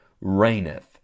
reigneth